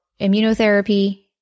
immunotherapy